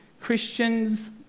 Christians